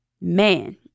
man